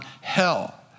hell